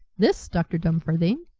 this, dr. dumfarthing,